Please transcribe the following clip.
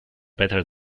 better